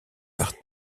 par